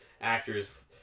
actors